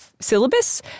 Syllabus